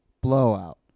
Blowout